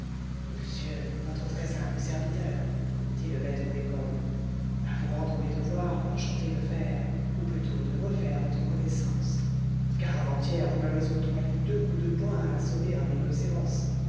monsieur votre très-humble serviteur dit le maître d'école à vous rendre mes devoirs enchanté de faire ou plutôt de refaire votre connaissance car avant-hier vous m'avez octroyé deux coups de poing à assommer un rhinocéros